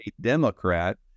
Democrat